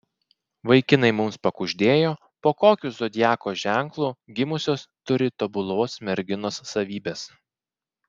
vaikinai mums pakuždėjo po kokiu zodiako ženklu gimusios turi tobulos merginos savybes